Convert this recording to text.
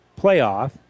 playoff